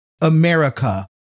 America